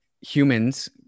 humans